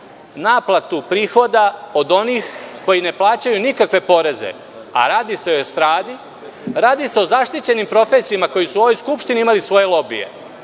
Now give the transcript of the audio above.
naplatu prihoda od onih koji ne plaćaju nikakve poreze? Radi se o estradi, radi se o zaštićenim profesijama koji su u ovoj Skupštini imali svoje lobije,